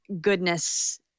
goodness